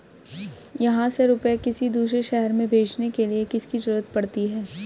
यहाँ से रुपये किसी दूसरे शहर में भेजने के लिए किसकी जरूरत पड़ती है?